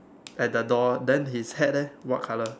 at the door then his hat eh what colour